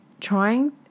trying